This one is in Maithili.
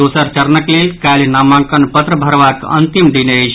दोसर चरणक लेल काल्हि नामांकन पत्र भरबाक अंतिम दिन अछि